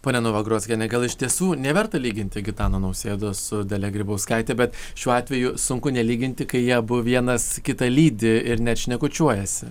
pone novagrockiene gal iš tiesų neverta lyginti gitano nausėdos su dalia grybauskaite bet šiuo atveju sunku nelyginti kai jie abu vienas kitą lydi ir net šnekučiuojasi